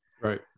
Right